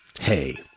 hey